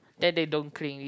then they don't clean it